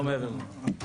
לא מעבר לזה.